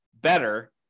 better